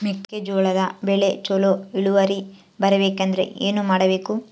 ಮೆಕ್ಕೆಜೋಳದ ಬೆಳೆ ಚೊಲೊ ಇಳುವರಿ ಬರಬೇಕಂದ್ರೆ ಏನು ಮಾಡಬೇಕು?